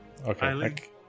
Okay